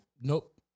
Nope